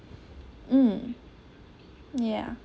mm yeah